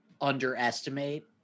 underestimate